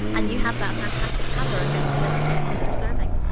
and you have that fantastic color against the other things that you're serving